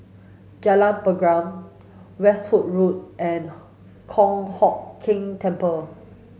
Jalan Pergam Westerhout Road and Kong Hock Keng Temple